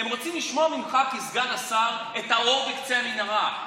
הם רוצים לשמוע ממך כסגן השר על האור בקצה המנהרה.